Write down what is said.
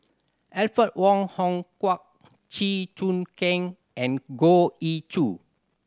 Alfred Wong Hong Kwok Chew Choo Keng and Goh Ee Choo